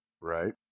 Right